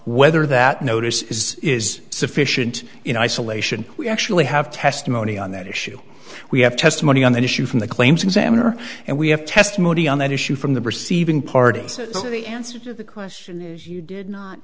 whether that notice is is sufficient in isolation we actually have testimony on that issue we have testimony on that issue from the claims examiner and we have testimony on that issue from the receiving party the answer to the question is you did not